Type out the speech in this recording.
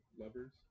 lovers